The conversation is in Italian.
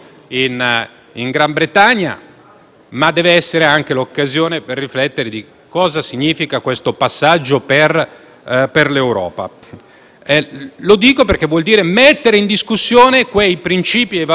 anche essere l'occasione per riflettere su cosa significhi questo passaggio per l'Europa. Vuol dire mettere in discussione i principi e i valori fondamentali che hanno fatto sì